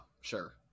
sure